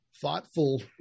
thoughtful